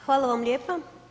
Hvala vam lijepa.